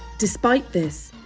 despite this,